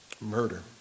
murder